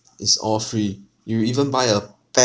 it's all free you even buy a